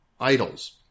idols